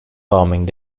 farming